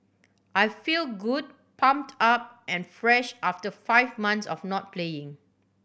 I feel good pumped up and fresh after five months of not playing